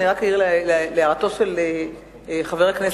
אני רק אעיר על הערתו של חבר הכנסת בר-און,